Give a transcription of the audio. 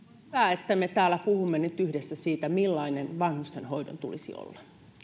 että me täällä puhumme nyt yhdessä siitä millainen vanhustenhoidon tulisi olla